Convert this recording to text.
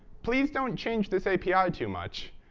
please don't change this api too much,